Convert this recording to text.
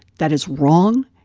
that is wrong.